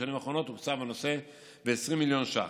בשנים האחרונות תוקצב הנושא ב-20 מיליון ש"ח.